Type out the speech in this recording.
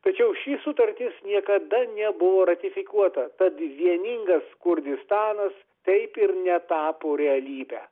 tačiau ši sutartis niekada nebuvo ratifikuota tad vieningas kurdistanas taip ir netapo realybe